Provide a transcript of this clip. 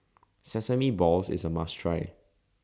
Sesame Balls IS A must Try